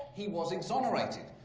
he was exonerated.